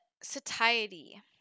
satiety